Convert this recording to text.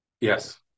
yes